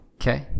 Okay